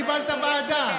קיבלת ועדה,